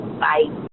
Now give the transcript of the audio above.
bye